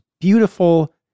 beautiful